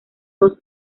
dos